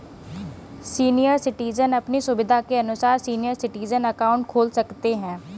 senior citizen अपनी सुविधा के अनुसार सीनियर सिटीजन अकाउंट खोल सकते है